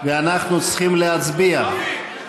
ואנחנו צריכים להצביע.